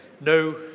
No